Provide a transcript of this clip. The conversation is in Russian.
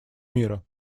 мира